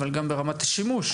אבל גם ברמת השימוש